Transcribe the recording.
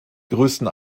größten